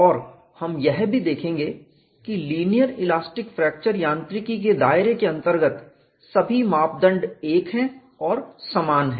और हम यह भी देखेंगे कि लीनियर इलास्टिक फ्रैक्चर यांत्रिकी के दायरे के अंतर्गत यह सभी मापदंड एक हैं और समान हैं